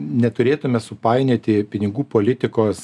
neturėtume supainioti pinigų politikos